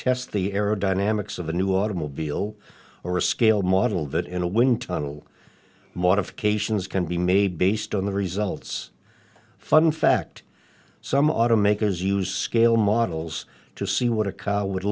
test the aerodynamics of a new automobile or a scale model that in a wind tunnel modifications can be made based on the results fun fact some automakers used scale models to see what a car would